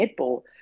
netball